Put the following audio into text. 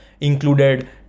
included